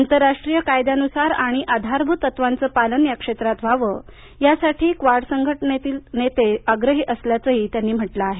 आंतरराष्ट्रीय कायद्यानुसार आणि आधारभूत तत्वांचं पालन या क्षेत्रात व्हावं यासाठी क्वाड संघटनेतील नेते आग्रही असल्याचंही त्यांनी म्हटलं आहे